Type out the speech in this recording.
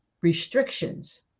restrictions